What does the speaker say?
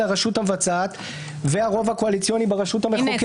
הרשות המבצעת והרוב הקואליציוני ברשות המחוקקת.